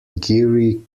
geary